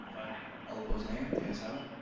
all opposed, nay, the ayes have it.